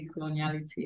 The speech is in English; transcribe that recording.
decoloniality